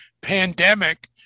pandemic